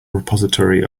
repository